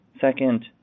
Second